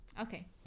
Okay